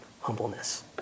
humbleness